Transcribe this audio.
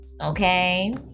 Okay